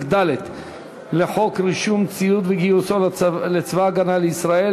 ד' לחוק רישום ציוד וגיוסו לצבא הגנה לישראל,